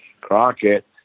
crockett